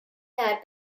had